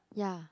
ya